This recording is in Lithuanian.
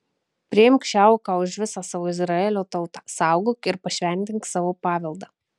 priimk šią auką už visą savo izraelio tautą saugok ir pašventink savo paveldą